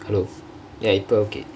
hello ya இப்போ:ippo okay